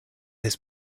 his